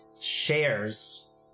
shares